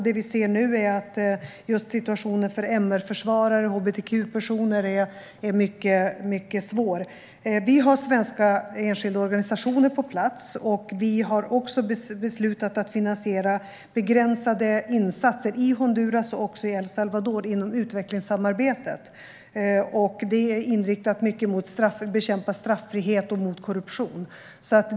Det vi ser nu är att situationen för MR-försvarare och hbtq-personer är mycket svår. Vi har svenska enskilda organisationer på plats, och vi har också beslutat att finansiera begränsade insatser i Honduras liksom i El Salvador inom utvecklingssamarbetet. Det är inriktat mycket mot korruption och mot att bekämpa straffrihet.